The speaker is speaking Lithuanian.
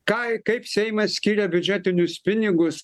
ką kaip seimas skiria biudžetinius pinigus